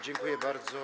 Dziękuję bardzo.